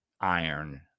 Iron